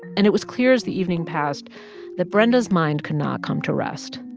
and it was clear as the evening passed that brenda's mind cannot come to rest.